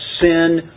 sin